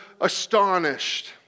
astonished